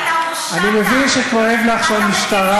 אתה הורשעת, ולא תטיף מוסר.